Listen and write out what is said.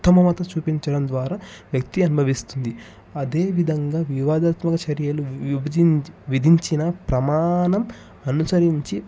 చూపించడం ద్వారా వ్యక్తి అనుభవిస్తుంది అదే విధంగా వివాదాత్మక చర్యలు విభజించి విధించిన ప్రమాణం అనుసరించి